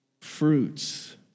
fruits